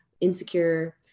insecure